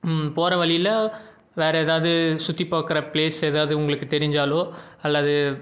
போகற வழியில் வேறு எதாவது சுற்றி பார்க்குற பிளேஸ் எதாவது உங்களுக்கு தெரிஞ்சாலோ அல்லது